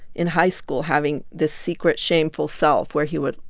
in high school, having this secret, shameful self where he would,